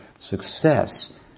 success